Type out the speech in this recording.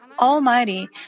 Almighty